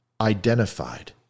identified